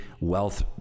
wealth